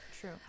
true